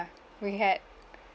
we had